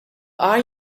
are